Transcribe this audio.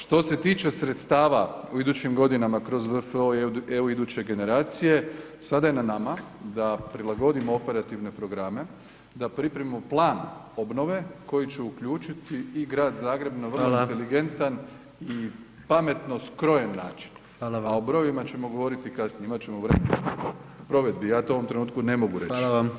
Što se tiče sredstava u idućim godinama kroz VFO EU iduće generacije, sada je na nama da prilagodimo operativne programe, da pripremimo plan obnove koji će uključiti i Grad Zagreb na vrlo [[Upadica: Hvala]] inteligentan i pametno skrojen način [[Upadica: Hvala vam]] a o brojevima ćemo govoriti kasnije, imat ćemo vremena o provedbi, ja to u ovom trenutku ne mogu reći